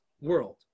world